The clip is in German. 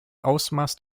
ausmaß